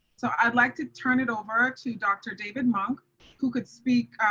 so i'd like to turn it over to dr. david monk who could speak.